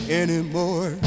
anymore